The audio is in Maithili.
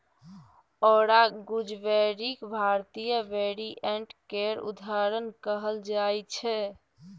औरा गुजबेरीक भारतीय वेरिएंट केर उदाहरण कहल जाइ छै